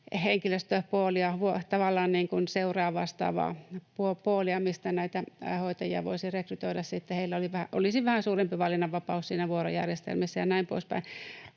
henkilöstöpoolia, tavallaan seuraa vastaavaa poolia, mistä näitä hoitajia voisi sitten rekrytoida. Heillä olisi vähän suurempi valinnanvapaus vuorojärjestelmissä ja näin poispäin.